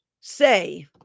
say